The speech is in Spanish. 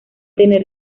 tener